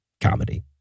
comedy